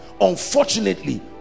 Unfortunately